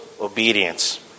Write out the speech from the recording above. obedience